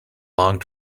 long